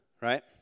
right